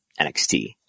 NXT